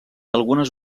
algunes